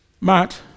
Matt